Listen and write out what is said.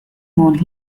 mount